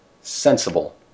Sensible